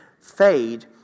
fade